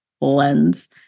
lens